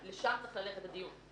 הפתרון.